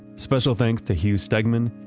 special thanks to hugh stegman,